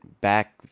back